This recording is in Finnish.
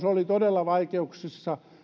oli todella vaikeuksissa